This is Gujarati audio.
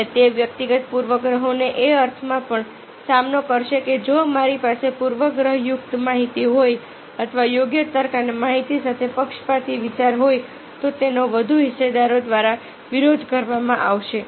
અને તે વ્યક્તિગત પૂર્વગ્રહનો એ અર્થમાં પણ સામનો કરશે કે જો મારી પાસે પૂર્વગ્રહયુક્ત માહિતી હોય અથવા યોગ્ય તર્ક અને માહિતી સાથે પક્ષપાતી વિચાર હોય તો તેનો વધુ હિસ્સેદારો દ્વારા વિરોધ કરવામાં આવશે